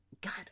God